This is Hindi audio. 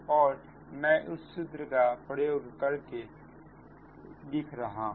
और मैं इस सूत्र का उपयोग करके लिख रहा हूं